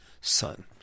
son